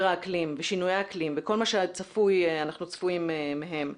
האקלים ושינויי האקלים וכל מה שאנחנו צפויים מהם,